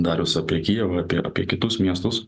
darius apie kijevą apie apie kitus miestus